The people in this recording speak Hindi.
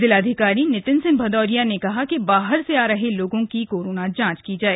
जिलाधिकारी नितिन सिंह भदौरिया ने कहा कि बाहर से आ रहे लोगों की कोरोना जांच की जाय